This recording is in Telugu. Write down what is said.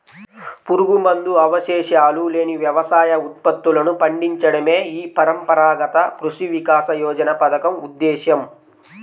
పురుగుమందు అవశేషాలు లేని వ్యవసాయ ఉత్పత్తులను పండించడమే ఈ పరంపరాగత కృషి వికాస యోజన పథకం ఉద్దేశ్యం